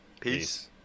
Peace